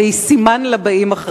והיא סימן לבאים אחריך.